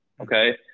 okay